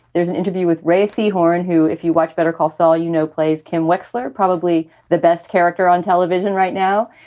there's an interview with racey horn, who if you watch better call saul, you know, plays kim wexler, probably the best character on television right now.